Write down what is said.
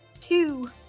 two